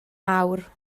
awr